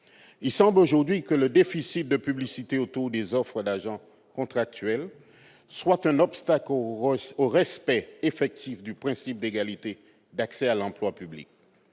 il semble aujourd'hui que le déficit de publicité autour des offres de recrutement d'agents contractuels fasse obstacle au respect effectif du principe d'égalité d'accès à l'emploi public,